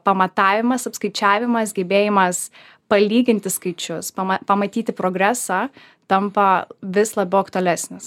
pamatavimas apskaičiavimas gebėjimas palyginti skaičius pamatyti progresą tampa vis labiau aktualesnis